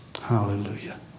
Hallelujah